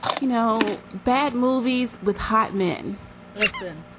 you know, bad movies with hot men listen,